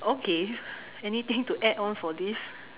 okay anything to add on for this